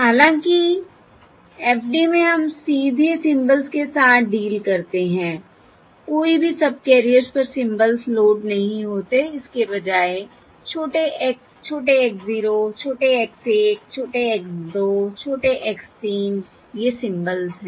हालांकि FD में हम सीधे सिंबल्स के साथ डील करते हैं कोई भी सबकैरियर्स पर सिंबल्स लोड नहीं होते इसके बजाय छोटे x छोटे x 0 छोटे x 1 छोटे x 2 छोटे x 3 ये सिंबल्स हैं